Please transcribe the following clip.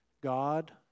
God